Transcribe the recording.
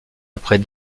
après